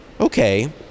okay